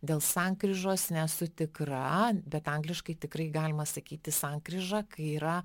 dėl sankryžos nesu tikra bet angliškai tikrai galima sakyti sankryžą kai yra